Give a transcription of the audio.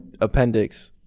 appendix